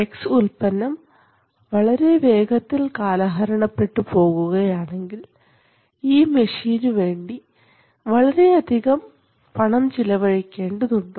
X ഉൽപ്പന്നം വളരെ വേഗത്തിൽ കാലഹരണപ്പെട്ടു പോകുകയാണെങ്കിൽ ഈ മെഷീനു വേണ്ടി വളരെയധികം പണം ചെലവഴിക്കേണ്ടത് ഉണ്ടോ